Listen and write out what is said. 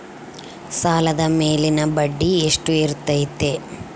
ಸಾಲದ ಮೇಲಿನ ಬಡ್ಡಿ ಎಷ್ಟು ಇರ್ತೈತೆ?